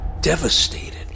Devastated